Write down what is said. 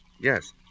Yes